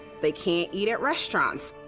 they can't eat at restaurants.